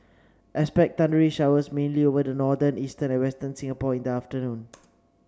expect thundery showers mainly over the northern eastern and western Singapore in the afternoon